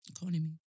economy